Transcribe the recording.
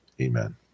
Amen